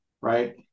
right